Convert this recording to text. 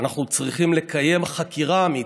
אנחנו צריכים לקיים חקירה אמיתית,